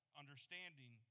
understanding